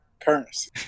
Currency